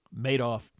Madoff